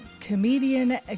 comedian